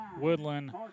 Woodland